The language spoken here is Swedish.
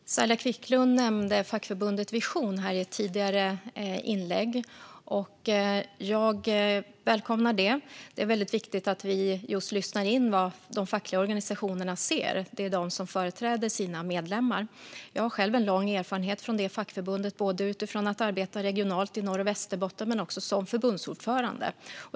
Fru talman! Saila Quicklund nämnde fackförbundet Vision i ett tidigare inlägg. Jag välkomnar det. Det är viktigt att vi lyssnar in vad de fackliga organisationerna ser, för det är de som företräder sina medlemmar. Jag har själv en lång erfarenhet från det fackförbundet, både utifrån att arbeta regionalt i Norrbotten och Västerbotten och som förbundsordförande.